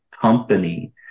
company